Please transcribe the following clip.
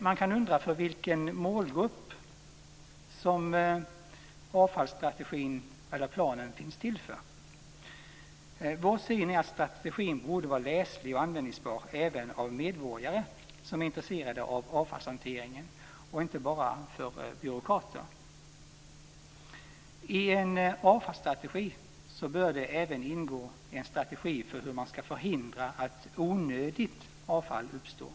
Man kan undra vilken målgrupp avfallsplanen finns till för. Vår syn är att strategin borde vara läslig och användbar även för medborgare som är intresserade av avfallshanteringen och inte bara för byråkrater. I en avfallsstrategi bör det även ingå en strategi för hur man skall förhindra att onödigt avfall uppstår.